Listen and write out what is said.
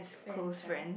friends right